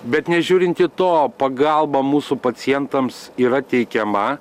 bet nežiūrint į to pagalba mūsų pacientams yra teikiama